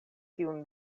tiun